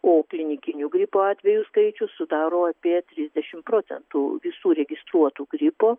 o klinikinių gripo atvejų skaičius sudaro apie trisdešimt procentų visų registruotų gripo